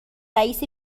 رئیس